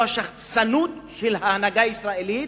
זו השחצנות של ההנהגה הישראלית,